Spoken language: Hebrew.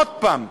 עוד הפעם,